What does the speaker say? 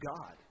God